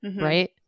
right